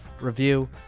review